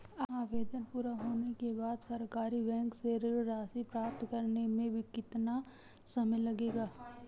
आवेदन पूरा होने के बाद सरकारी बैंक से ऋण राशि प्राप्त करने में कितना समय लगेगा?